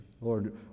Lord